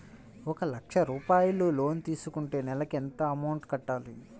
ఒక లక్ష రూపాయిలు లోన్ తీసుకుంటే నెలకి ఎంత అమౌంట్ కట్టాలి?